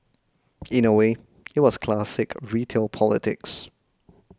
in a way it was classic retail politics